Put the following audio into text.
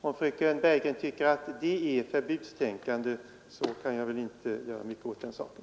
Om fröken Bergegren tycker att det är förbudstänkande kan jag inte göra mycket åt den saken.